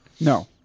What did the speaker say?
No